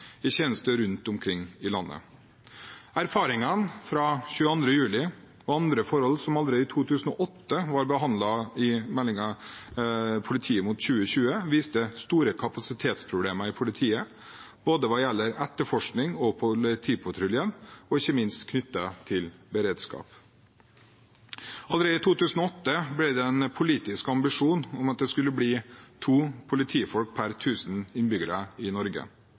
i tjeneste rundt omkring i landet. Erfaringene fra 22. juli og andre forhold som allerede i 2008 var behandlet i rapporten «Politiet mot 2020», viste store kapasitetsproblemer i politiet både hva gjelder etterforskning og politipatruljen, og ikke minst knyttet til beredskap. Allerede i 2008 ble det en politisk ambisjon om at det skulle bli to politifolk per tusen innbyggere i Norge.